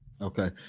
Okay